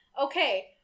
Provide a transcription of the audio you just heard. Okay